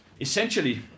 essentially